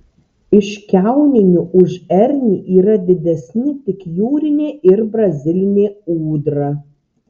iš kiauninių už ernį yra didesni tik jūrinė ir brazilinė ūdra